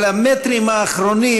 אבל את המטרים האחרונים,